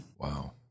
Wow